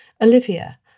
Olivia